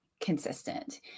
consistent